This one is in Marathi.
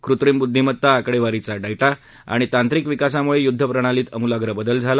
कृत्रिम ब्दधीमता आकडेवारीचा डाटा आणि तांत्रिक विकासाम्ळे य्द्ध प्रणालीत अमुलाग्र बदल झाला